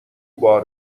بار